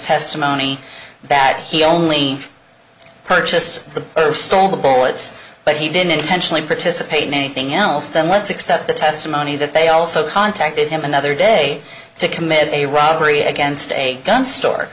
testimony that he only purchased the story of the bullets but he didn't intentionally participate in anything else then let's accept the testimony that they also contacted him another day to commit a robbery against a gun store